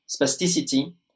spasticity